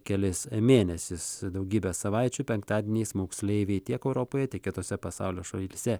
kelis mėnesius daugybę savaičių penktadieniais moksleiviai tiek europoje tiek kitose pasaulio šalyse